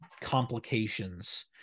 complications